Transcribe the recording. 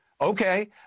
okay